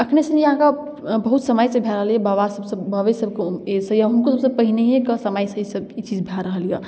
अखनेसँ नहि अहाँके बहुत समयसँ भए रहल यऽ बाबा सभसँ बाबे सभके उ एजसँ यऽ हुनकोसँ पहिनहियेके समयसँ ई सभ ई चीज भए रहल यऽ